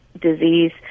disease